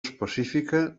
específica